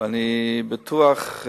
ואני בטוח,